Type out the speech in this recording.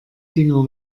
dinger